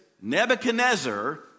Nebuchadnezzar